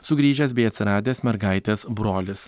sugrįžęs bei atsiradęs mergaitės brolis